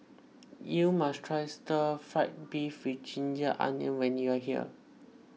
you must try Stir Fry Beef with Ginger Onions when you are here